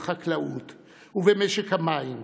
בחקלאות ובמשק המים,